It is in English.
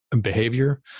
behavior